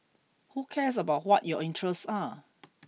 who cares about what your interests are